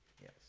Yes